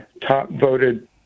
top-voted